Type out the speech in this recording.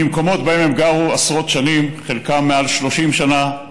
ממקומות שבהם הם גרו עשרות שנים, חלקם מעל 30 שנה,